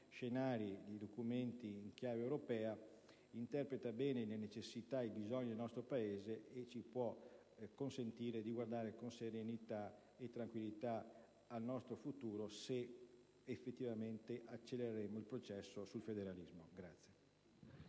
scenari di documenti in chiave europea interpreti bene le necessità e i bisogni del nostro Paese e ci possa consentire di guardare con serenità e tranquillità al nostro futuro, se effettivamente accelereremo il processo sul federalismo.